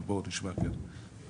אבל בואו נשמע התייחסות.